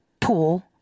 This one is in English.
pool